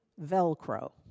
Velcro